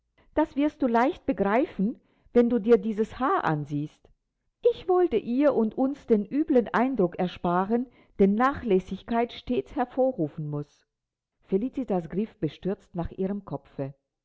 das wirst du leicht begreifen wenn du dir dies haar ansiehst ich wollte ihr und uns den üblen eindruck ersparen den nachlässigkeit stets hervorrufen muß felicitas griff bestürzt nach ihrem kopfe